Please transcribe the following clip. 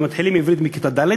ומתחילים עברית מכיתה ד',